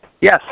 Yes